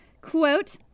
quote